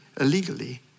illegally